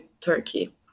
Turkey